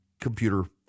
computer